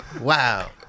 Wow